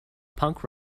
punk